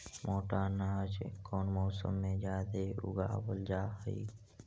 मोटा अनाज कौन मौसम में जादे उगावल जा हई?